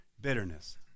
bitterness